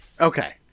Okay